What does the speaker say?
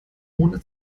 ohne